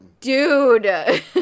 dude